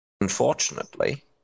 unfortunately